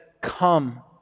Come